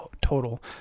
total